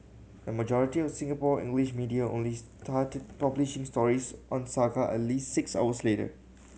the majority of Singapore media only started publishing stories on saga at least six hours later